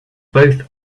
both